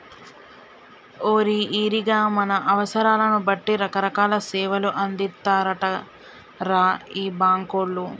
ఓరి ఈరిగా మన అవసరాలను బట్టి రకరకాల సేవలు అందిత్తారటరా ఈ బాంకోళ్లు